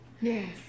Yes